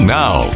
now